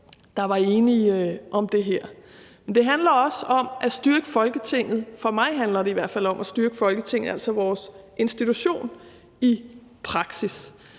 der var enige om det her. Det handler også om at styrke Folketinget. For mig handler det i hvert fald om at styrke Folketinget, altså vores institution, i praksis.